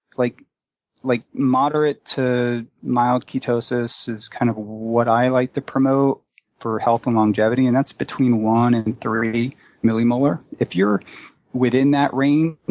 like like moderate to mild ketosis is kind of what i like to promote for health and longevity, and that's between one and three millimolar. if you're within that range,